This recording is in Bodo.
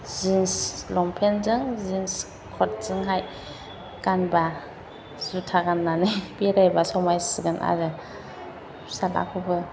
जिन्स लंपेन्टजों जिन्स क'टजोंहाय गानोबा जुथा गाननानै बेरायोबा समायसिगोन आरो फिसाज्लाखौबो